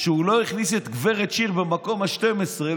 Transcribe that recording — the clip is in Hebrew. שהוא לא הכניס את גב' שיר במקום ה-12.